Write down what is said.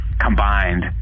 combined